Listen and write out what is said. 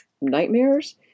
nightmares